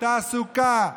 תעסוקה,